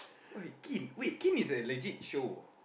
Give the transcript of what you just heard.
what kin wait kin is a legit show